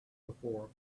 before